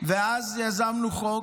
ואז יזמנו חוק,